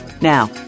Now